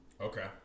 Okay